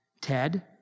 Ted